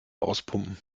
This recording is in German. auspumpen